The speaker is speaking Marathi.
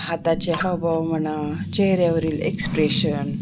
हाताचे हावभाव म्हणा चेहऱ्यावरील एक्सप्रेशन